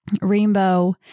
rainbow